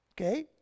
Okay